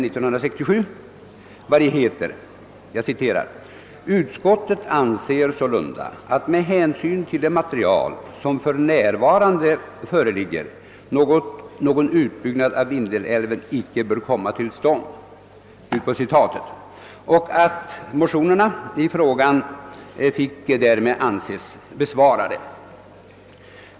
I detta utlåtande sägs: »Utskottet anser sålunda att med hänsyn till de material som för närvarande föreligger någon utbyggnad av Vindelälven inte bör komma till stånd.» Motionerna i frågan fick därmed anses besvarade.